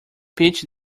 pitch